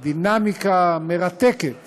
דינמיקה מרתקת